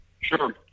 Sure